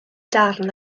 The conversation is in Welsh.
darn